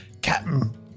Captain